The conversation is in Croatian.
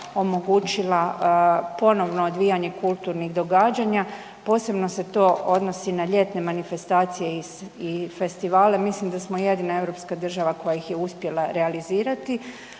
omogućila ponovno odvijanje kulturnih događanja, posebno se to odnosi na ljetne manifestacije i festivale. Mislim da smo jedina europska država koja ih je uspjela realizirati.